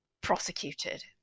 prosecuted